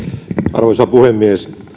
arvoisa puhemies